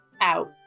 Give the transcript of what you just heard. out